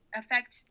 affect